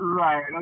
Right